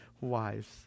wives